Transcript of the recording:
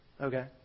okay